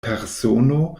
persono